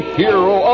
hero